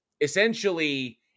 Essentially